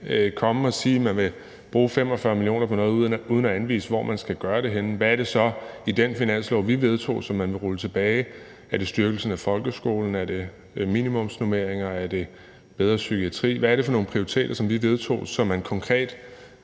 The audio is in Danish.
komme og sige, at man vil bruge 45 mio. kr. på noget, uden at anvise hvor man skal gøre det. Hvad er det så i den finanslov, som vi vedtog, som man vil rulle tilbage? Er det styrkelsen af folkeskolen? Er det minimumsnormeringer? Er det en bedre psykiatri? Hvad er det for nogle prioriteter, som vi vedtog, som man konkret